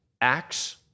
Acts